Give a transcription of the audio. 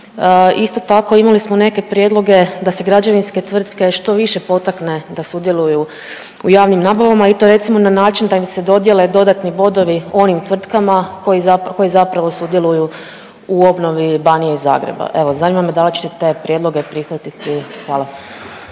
Isto tako, imali smo neke prijedloge da se građevinske tvrtke što više potakne da sudjeluju u javnim nabavama i to recimo na način da im se dodjele dodatni bodovi onim tvrtkama koji zapravo sudjeluju u obnovi Banije i Zagreba. Evo, zanima me da li ćete te prijedloge prihvatiti? Hvala.